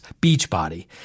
Beachbody